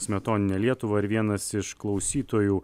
smetoninę lietuvą ir vienas iš klausytojų